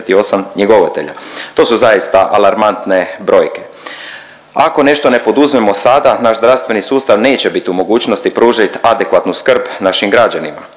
njegovatelja. To su zaista alarmantne brojke. Ako nešto ne poduzmemo sada, naš zdravstveni sustav neće biti u mogućnosti pružiti adekvatnu skrb našim građanima.